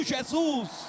Jesus